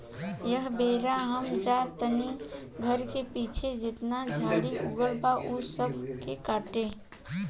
एह बेरा हम जा तानी घर के पीछे जेतना झाड़ी उगल बा ऊ सब के काटे